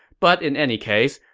but in any case,